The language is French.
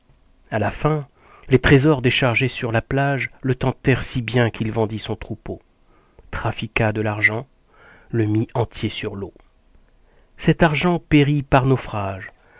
à la fin les trésors déchargés sur la plage le tentèrent si bien qu'il vendit son troupeau trafiqua de l'argent le mit entier sur l'eau cet argent périt par naufrage